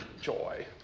joy